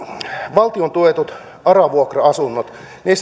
valtion tukemissa ara vuokra asunnoissa